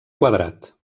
quadrat